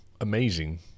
amazing